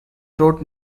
wrote